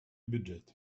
бюджет